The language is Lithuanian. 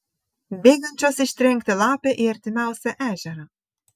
bėgančios ištrenkti lapę į artimiausią ežerą